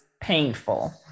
painful